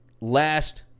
last